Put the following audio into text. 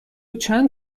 چند